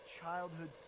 childhood